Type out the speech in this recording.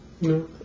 no